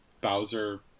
Bowser